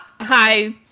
hi